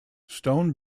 stone